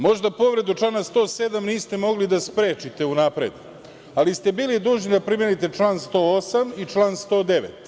Možda povredu člana 107. niste mogli da sprečite unapred, ali ste bili dužni da primenite član 108. i član 109.